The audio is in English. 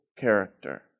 character